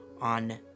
on